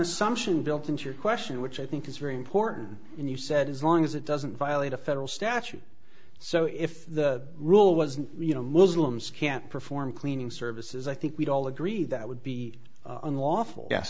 assumption built into your question which i think is very important and you said as long as it doesn't violate a federal statute so if the rule was you know muslims can't perform cleaning services i think we'd all agree that would be unlawful ye